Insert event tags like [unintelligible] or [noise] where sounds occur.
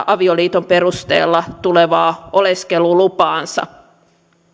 [unintelligible] avioliiton perusteella tulevaa oleskelulupaansa